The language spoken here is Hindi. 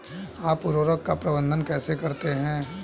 आप उर्वरक का प्रबंधन कैसे करते हैं?